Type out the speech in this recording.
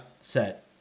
set